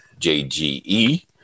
JGE